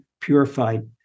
purified